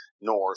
north